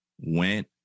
went